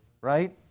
right